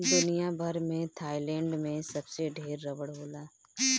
दुनिया भर में थाईलैंड में सबसे ढेर रबड़ होला